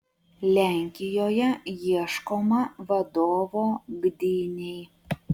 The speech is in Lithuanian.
lenkijoje ieškoma vadovo gdynei